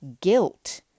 guilt